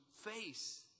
face